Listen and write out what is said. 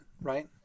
right